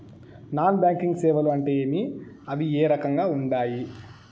non banking సేవలు అంటే ఏమి అవి ఏ రకంగా ఉండాయి